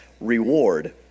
reward